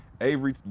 Avery